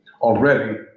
already